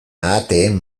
ahateen